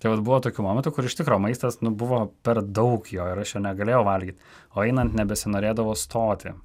tai vat buvo tokių momentų kur iš tikro maistas buvo per daug jo ir aš jo negalėjau valgyt o einant nebesinorėdavo stoti